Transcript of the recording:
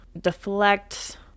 deflect